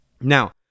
Now